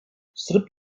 sırp